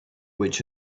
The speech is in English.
which